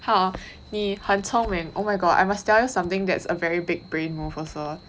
好你很聪明 ！oh my god！ I must tell you something that's a very big brain move also